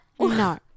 No